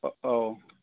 औ